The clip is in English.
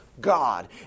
God